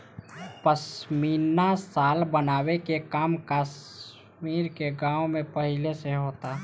पश्मीना शाल बनावे के काम कश्मीर के गाँव में पहिले से होता